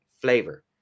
flavor